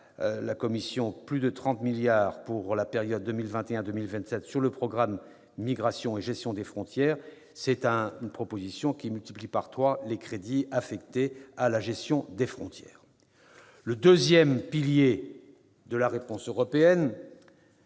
la Commission plus de 30 milliards d'euros sur la période 2021-2027 pour le programme « Migrations et gestion des frontières », ce qui revient à multiplier par trois les crédits affectés à la gestion des frontières. Le deuxième pilier de la réponse européenne